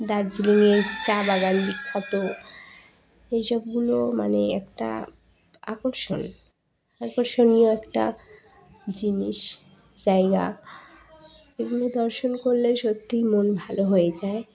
দার্জিলিংয়ে চা বাগান বিখ্যাত এইসবগুলো মানে একটা আকর্ষণ আকর্ষণীয় একটা জিনিস জায়গা এগুলো দর্শন করলে সত্যিই মন ভালো হয়ে যায়